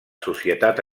societat